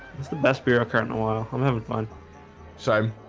it's the best bureaucrat in a while i'm having fun syme